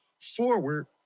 forward